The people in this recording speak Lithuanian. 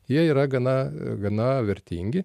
jie yra gana gana vertingi